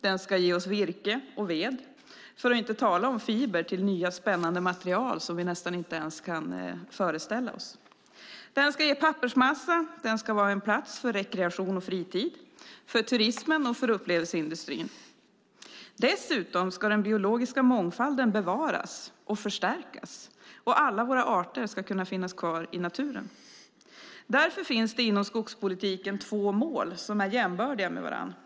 Den ska ge oss virke och ved, för att inte tala om fibrer till nya spännande material, som vi nästan inte ens kan föreställa oss. Den ska ge pappersmassa. Den ska vara en plats för rekreation och fritid, för turismen och för upplevelseindustrin. Dessutom ska den biologiska mångfalden bevaras och förstärkas, och alla våra arter ska kunna finnas kvar i naturen. Därför finns det inom skogspolitiken två mål som är jämbördiga.